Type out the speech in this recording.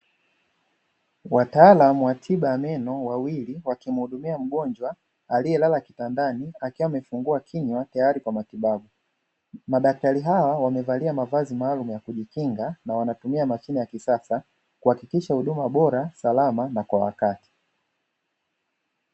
Wataalamu wa tiba ya meno wawili wakimuhudumia mgonjwa aliyelala kitandani akiwa amefungua kinywa tayari kwa matibabu. Madaktari hawa wamevalia mavazi maalumu ya kujikinga na wanatumia mashine ya kisasa kuhakikisha huduma bora, salama na kwa wakati.